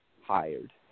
hired